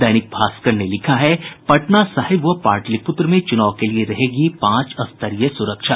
दैनिक भास्कर ने लिखा है पटना साहिब व पाटलिपुत्र में चुनाव के लिये रहेगी पांच स्तरीय सुरक्षा